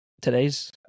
Today's